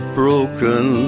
broken